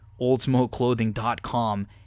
Oldsmokeclothing.com